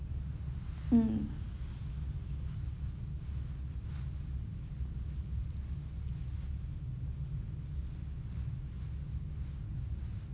mm